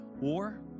war